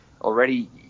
already